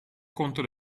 conto